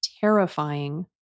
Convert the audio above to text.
terrifying